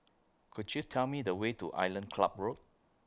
Could YOU Tell Me The Way to Island Club Road